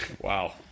wow